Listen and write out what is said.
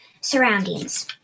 surroundings